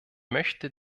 möchte